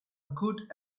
good